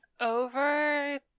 Over